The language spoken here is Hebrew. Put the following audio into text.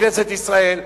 בכנסת ישראל,